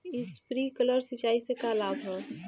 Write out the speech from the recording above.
Sprinkler सिंचाई से का का लाभ ह?